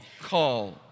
Call